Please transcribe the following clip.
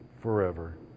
forever